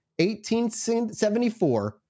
1874